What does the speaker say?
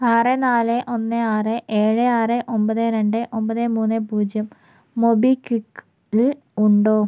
ആറ് നാല് ഒന്ന് ആറ് ഏഴ് ആറ് ഒമ്പത് രണ്ട് ഒമ്പത് മൂന്ന് പൂജ്യം മൊബിക്വിക്കിൽ ഉണ്ടോ